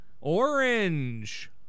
Orange